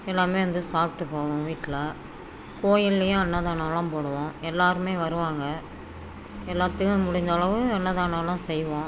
எல்லாமே வந்து சாப்பிட்டு போகும் வீட்டில் கோயில்லேயும் அன்னதானம்லாம் போடுவோம் எல்லோருமே வருவாங்க எல்லோத்துக்கும் முடிஞ்ச அளவு அன்னதானம்லாம் செய்வோம்